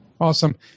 Awesome